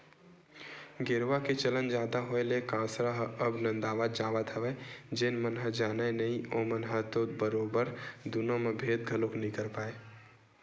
गेरवा के चलन जादा होय ले कांसरा ह अब नंदावत जावत हवय जेन मन ह जानय नइ ओमन ह तो बरोबर दुनो म भेंद घलोक नइ कर पाय